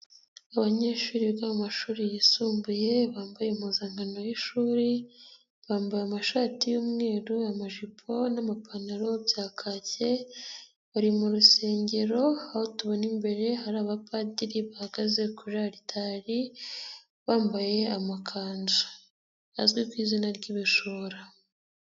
Abanyeshuri biga mu mashuri yisumbuye bambaye impuzankan y'ishuri. bambaye amashati y'umweru amajipo n'amapantalo bya kacye, bari mu rusengero aho tubona imbere hari abapadiri bahagaze kuri aritari, bambaye amakanzu azwi ku izina ry'ibishura.